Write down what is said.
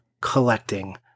collecting